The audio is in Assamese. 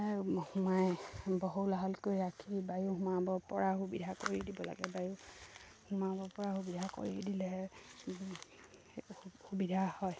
সোমাই বহল আহলকৈ ৰাখি বায়ু সোমাব পৰা সুবিধা কৰি দিব লাগে বায়ু সোমাব পৰা সুবিধা কৰি দিলেহে সুবিধা হয়